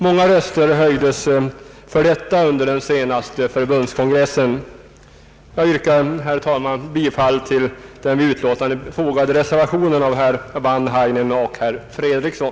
Många röster höjdes för detta under den senaste förbundskongressen. Jag yrkar, herr talman, bifall till den vid utlåtandet fogade reservationen av herrar Wanhainen och Fredriksson.